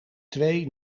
twee